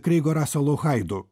kreigo raselu haidu